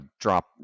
drop